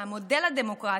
מהמודל הדמוקרטי,